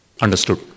understood